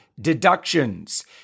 deductions